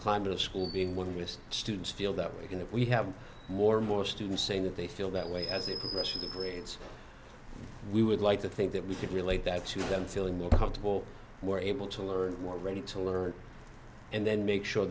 climate of school being one with students feel that we can if we have more and more students saying that they feel that way as if that's the grades we would like to think that we could relate that to them feeling more comfortable more able to learn more ready to learn and then make sure